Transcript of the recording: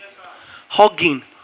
Hugging